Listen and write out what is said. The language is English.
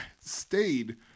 stayed